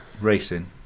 racing